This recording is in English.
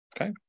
Okay